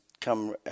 come